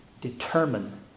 determine